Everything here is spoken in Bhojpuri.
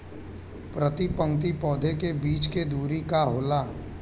प्रति पंक्ति पौधे के बीच के दुरी का होला?